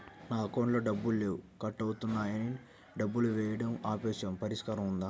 నా అకౌంట్లో డబ్బులు లేవు కట్ అవుతున్నాయని డబ్బులు వేయటం ఆపేసాము పరిష్కారం ఉందా?